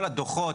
כל הדוחות,